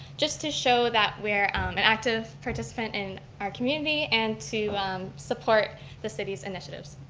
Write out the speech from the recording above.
just to show that we're an active participant in our community and to support the city's initiatives.